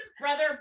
brother